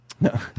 No